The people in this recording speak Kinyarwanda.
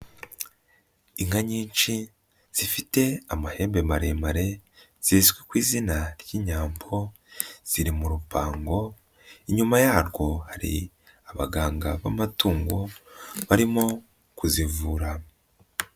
Inka nyinshi zifite amahembe maremare zizwi ku izina ry'inyambo, ziri mu rupango, inyuma yarwo hari abaganga b'amatungo barimo kuzivura.